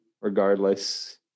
Regardless